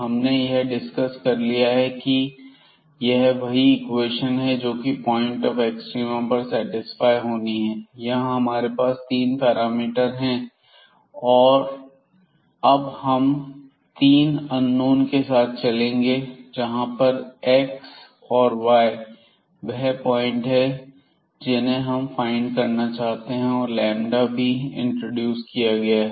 हमने यह डिस्कस कर लिया है की यह वही इक्वेशन हैं जोकि पॉइंट ऑफ एक्सट्रीमा पर सेटिस्फाई होनी है यहां हमारे पास तीन पैरामीटर हैं तो अब हम 3 अननोन के साथ चलेंगे जहां पर एक्स और वाई वह पॉइंट हैं जिन्हें हम फाइंड करना चाहते हैं और भी यहां इंट्रोड्यूस किया गया है